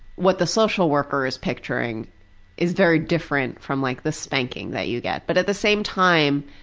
what the social worker is picturing is very different from like the spanking that you get. but at the same time,